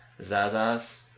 zazas